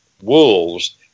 wolves